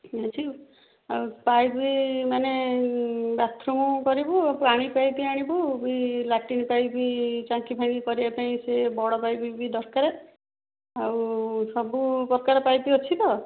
ଅଛି ଆଉ ପାଇପ୍ ବି ମାନେ ବାଥରୁମ୍ କରିବୁ ପାଣି ପାଇପ୍ ଆଣିବୁ ବି ଲାଟ୍ରିନ୍ ପାଇପ୍ ବି ଟାଙ୍କି ଫାଙ୍କି କରିବା ପାଇଁ ସେ ବଡ଼ ପାଇପ୍ ବି ଦରକାର ଆଉ ସବୁ ପ୍ରକାର ପାଇପ୍ ଅଛି ତ